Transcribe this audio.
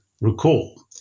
recall